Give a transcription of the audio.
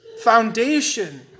foundation